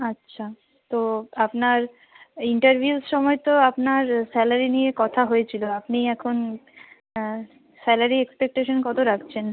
আচ্ছা তো আপনার ইন্টারভিউর সময় তো আপনার স্যালারি নিয়ে কথা হয়েছিলো আপনি এখন স্যালারি এক্সপেকটেশান কতো রাখছেন